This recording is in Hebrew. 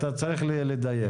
אתה צריך לדייק.